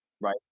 right